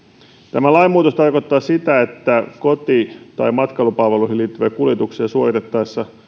tämä lainmuutos tarkoittaa sitä että koti tai matkailupalveluihin liittyviä kuljetuksia suoritettaessa